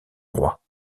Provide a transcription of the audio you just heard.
roi